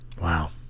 Wow